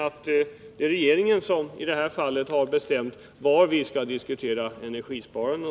Det är alltså regeringen som i detta fall har bestämt i vilket sammanhang vi skall diskutera energisparandet.